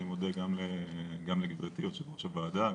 אני מודה גם לגברתי יושבת ראש הוועדה,